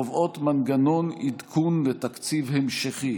קובעות מנגנון עדכון לתקציב המשכי,